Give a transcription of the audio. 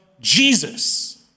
Jesus